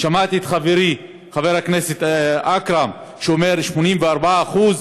בחצי הדקה שנותרה לי: אדוני היושב-ראש,